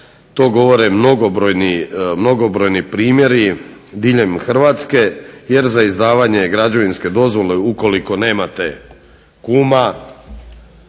To govore mnogobrojni primjeri diljem Hrvatske jer za izdavanje građevinske dozvole ukoliko nemate kuma